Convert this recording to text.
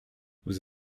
vous